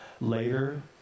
later